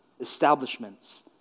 establishments